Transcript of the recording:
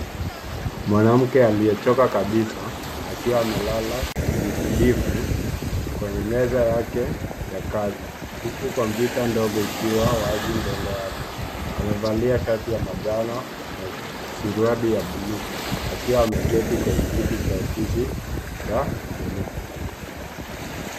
Mwanamke aliyechoka kabisa akiwa amelala kifudifudi kwenye meza yake ya kazi huku komputa ndogo ikiwa wazi mbele yake. Amevalia shati ya manjano na suruali ya bluu akiwa ameketi kwenye kiti cha ofisi cha bluu.